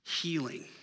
healing